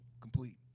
complete